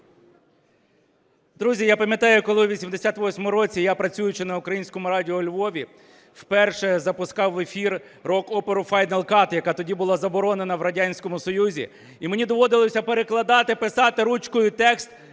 Друзі, я пам'ятаю, коли у 88-му році я, працюючи на Українському радіо у Львові, вперше запускав в ефір рок-оперу Final Cut, яка тоді була заборонена в Радянському Союзі, і мені доводилося перекладати, писати ручкою текст